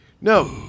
No